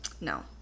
No